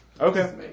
Okay